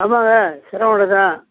ஆமாங்க தான்